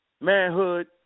manhood